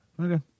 okay